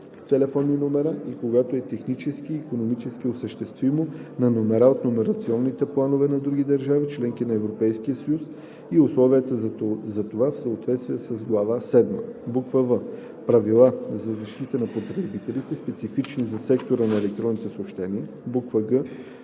телефонни номера и когато е технически и икономически осъществимо, на номера от номерационните планове на други държави – членки на Европейския съюз, и условията за това в съответствие с глава седма; в) правила за защита на потребителите, специфични за сектора на електронните съобщения; г)